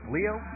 Leo